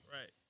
Right